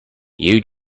you